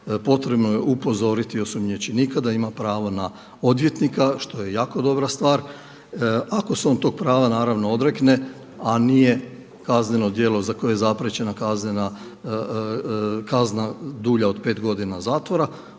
potrebno je upozoriti osumnjičenika da ima pravo na odvjetnika što je jako dobra stvar. Ako se on tog prava naravno odrekne, a nije kazneno djelo za koje je zapriječena kazna dulja od pet godina zatvora,